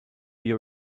your